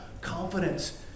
confidence